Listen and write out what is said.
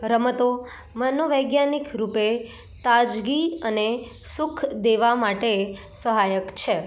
રમતો મનોવૈજ્ઞાનિક રૂપે તાજગી અને સુખ દેવા માટે સહાયક છે